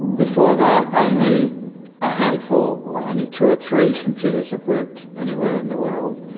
before that, only a handful or only two or three computers had worked anywhere in the world.